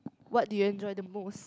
what do you enjoy the most